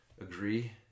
agree